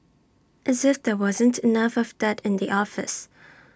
as if there wasn't enough of that in the office